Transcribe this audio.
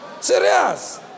Serious